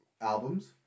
albums